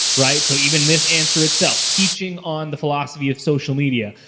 right? so even this answer itself, teaching on the philosophy of social media,